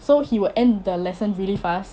so he will end thee lesson really fast